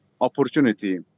opportunity